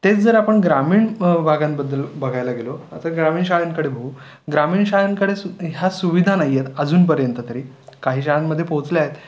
तेच जर आपण ग्रामीण भागांबद्दल बघायला गेलो आता ग्रामीण शाळांकडे बघू ग्रामीण शाळांकडेसु ह्या सुविधा नाही आहेत अजूनपर्यंत तरी काही शाळांमध्ये पोचल्या आहेत